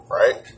right